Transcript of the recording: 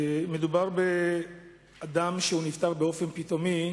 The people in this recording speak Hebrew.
מדובר באדם שנפטר באופן פתאומי,